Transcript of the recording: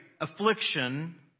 affliction